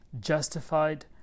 justified